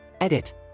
Edit